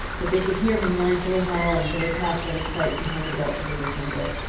but they could hear him mournfully howling till they passed out of sight behind a belt of river timber.